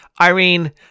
Irene